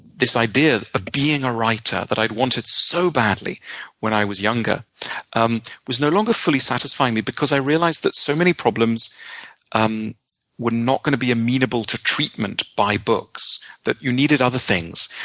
this idea of being a writer that i'd wanted so badly when i was younger um was no longer fully satisfying me, because i realized that so many problems um were not going to be amenable to treatment by books, that you needed other things.